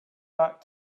back